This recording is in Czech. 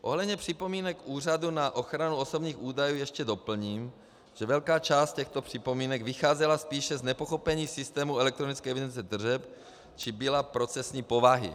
Ohledně připomínek Úřadu na ochranu osobních údajů ještě doplním, že velká část těchto připomínek vycházela spíše z nepochopení systému elektronické evidence tržeb či byla procesní povahy.